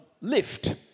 lift